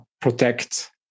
protect